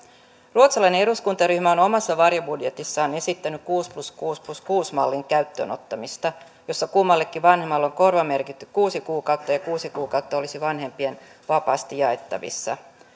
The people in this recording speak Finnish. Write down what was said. ruotsalainen eduskuntaryhmä on omassa varjobudjetissaan esittänyt kuusi plus kuusi plus kuusi mallin käyttöön ottamista jossa kummallekin vanhemmalle on korvamerkitty kuusi kuukautta ja kuusi kuukautta olisi vanhempien vapaasti jaettavissa